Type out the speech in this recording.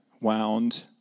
wound